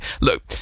Look